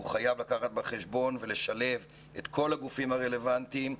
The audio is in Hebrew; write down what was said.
הוא חייב לקחת בחשבון ולשלב את כל הגופים הרלוונטיים.